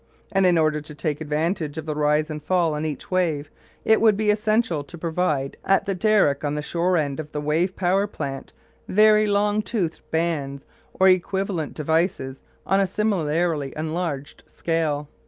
and in order to take advantage of the rise and fall on each wave it would be essential to provide at the derrick on the shore end of the wave-power plant very long toothed bands or equivalent devices on a similarly enlarged scale.